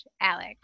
Alex